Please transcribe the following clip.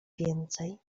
więcej